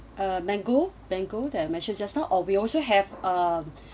uh mango mango they're mentioned just now or we also have a